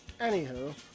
Anywho